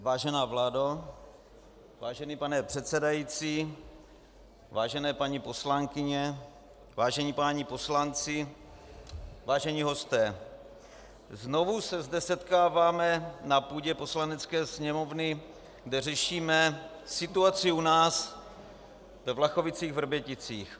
Vážená vládo, vážený pane předsedající, vážené paní poslankyně, vážení páni poslanci, vážení hosté, znovu se zde setkáváme na půdě Poslanecké sněmovny, kde řešíme situaci u nás ve VlachovicíchVrběticích.